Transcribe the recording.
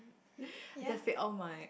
I just said all my